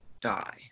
die